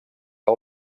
que